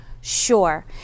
sure